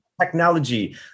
technology